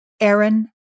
Aaron